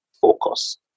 focus